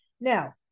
Now